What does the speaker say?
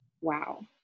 Wow